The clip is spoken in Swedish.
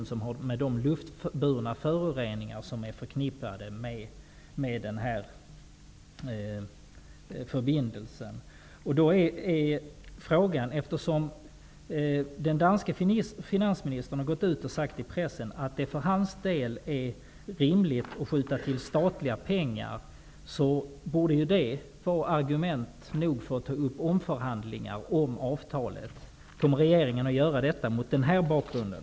De har att göra med de luftburna föroreningar som är förknippade med den här förbindelsen. Eftersom den danska finansministern har gått ut och sagt i pressen att det för hans del är rimligt att skjuta till statliga pengar, borde det vara argument nog för att ta upp omförhandlingar om avtalet. Kommer regeringen att göra det mot den bakgrunden?